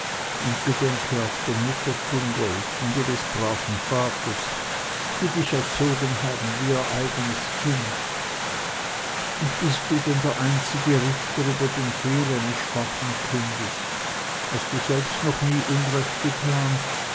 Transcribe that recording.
und gedenke auch der mutter küngolts und ihres braven vaters die dich erzogen haben wie ihr eigenes kind und bist denn du der einzige richter über den fehl eines schwachen kindes hast du selbst noch nie unrecht getan